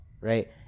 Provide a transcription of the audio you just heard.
Right